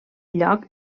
lloc